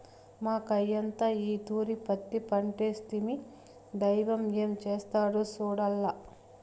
మాకయ్యంతా ఈ తూరి పత్తి పంటేస్తిమి, దైవం ఏం చేస్తాడో సూడాల్ల